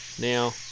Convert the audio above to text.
Now